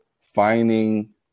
finding